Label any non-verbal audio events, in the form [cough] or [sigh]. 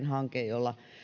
[unintelligible] hanke jolla